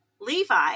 Levi